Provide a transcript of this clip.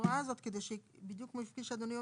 ההוראה הזאת כדי שבדיוק כמו שאדוני אומר,